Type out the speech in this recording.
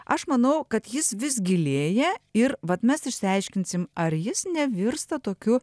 aš manau kad jis vis gilėja ir vat mes išsiaiškinsim ar jis nevirsta tokiu